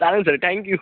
चालेल sir thank you